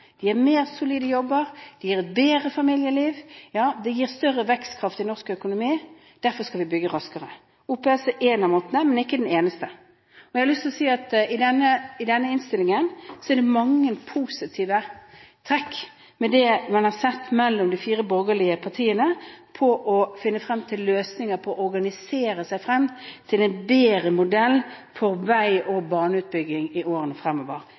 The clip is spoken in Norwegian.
Det gir mer solide jobber, det gir bedre familieliv, og det gir større vekstkraft i norsk økonomi. Derfor skal vi bygge raskere. OPS er én av måtene, men ikke den eneste. Jeg har lyst til å si at det i denne innstillingen er mange positive trekk ved det man har sett mellom de fire borgerlige partiene, med hensyn til å finne frem til løsninger for å organisere seg frem til en bedre modell for vei- og baneutbygging i årene fremover